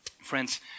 Friends